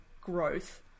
growth